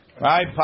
Right